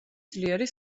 ძლიერი